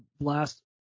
Blast